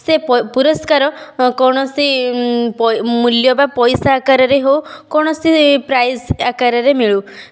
ସେ ପୁରସ୍କାର କୌଣସି ମୂଲ୍ୟ ବା ପଇସା ଆକାରରେ ହଉ କୌଣସି ପ୍ରାଇଜ୍ ଆକାରରେ ମିଳୁ